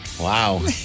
Wow